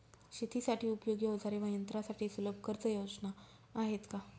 शेतीसाठी उपयोगी औजारे व यंत्रासाठी सुलभ कर्जयोजना आहेत का?